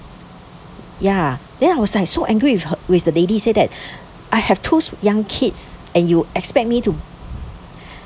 ya then I was like so angry with her with the lady said that I have two young kids and you expect me to